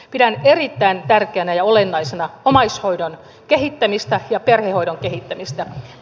pidän erittäin tärkeänä ja olennaisena omaishoidon kehittämistä ja perhehoidon kehittämistä